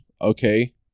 Okay